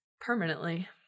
permanently